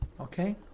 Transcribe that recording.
Okay